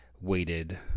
weighted